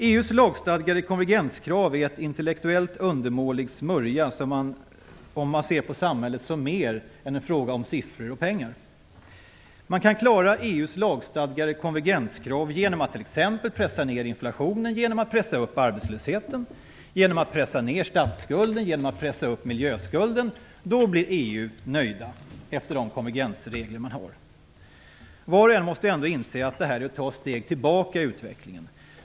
EU:s lagstadgade konvergenskrav är en intellektuellt undermålig smörja om man ser på samhället som mer än en fråga om siffror och pengar. Man kan klara EU:s lagstadgade konvergenskrav genom att t.ex. pressa ner inflationen, genom att pressa upp arbetslösheten, genom att pressa ner statsskulden och pressa upp miljöskulden. Då blir man nöjd inom EU efter de konvergensregler som man har. Var och en måste ju inse att detta är att ta ett steg tillbaka i utvecklingen.